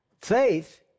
Faith